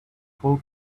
full